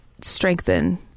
strengthen